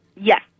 Yes